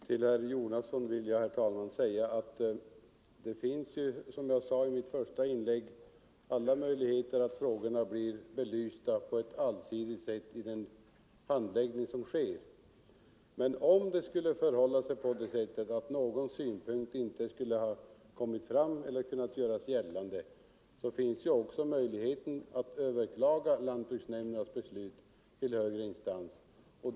Herr talman! Till herr Jonasson vill jag säga att det finns ju, som jag framhöll i mitt första inlägg, alla möjligheter till att frågorna blir belysta på ett allsidigt sätt vid den handläggning som sker. Men om någon synpunkt inte skulle ha kommit fram eller kunnat göras gällande, så finns möjligheten att överklaga lantbruksnämndernas beslut till högre instans.